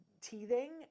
teething